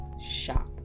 shop